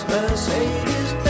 Mercedes